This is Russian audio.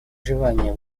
желание